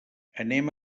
anem